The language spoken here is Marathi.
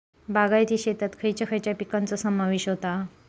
बागायती शेतात खयच्या खयच्या पिकांचो समावेश होता?